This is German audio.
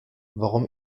warum